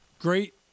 Great –